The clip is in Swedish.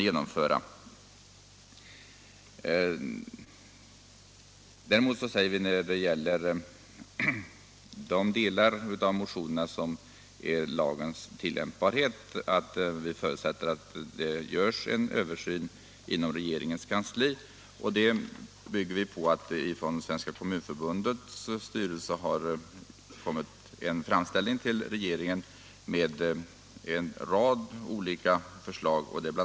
Beträffande de delar av motionerna som gäller lagens tillämpbarhet säger vi däremot att vi förutsätter att det görs en översyn inom regeringens kansli. Detta bygger vi på att det från Svenska kommunförbundets styrelse har kommit en framställning till regeringen med en rad olika förslag. Bl.